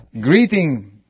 greeting